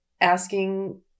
asking